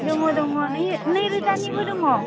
दङ दङ नै नै रोजानिबो दङ